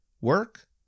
Work